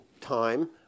time